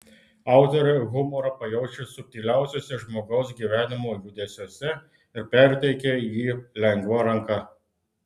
autorė humorą pajaučia subtiliausiuose žmogaus gyvenimo judesiuose ir perteikia jį lengva ranka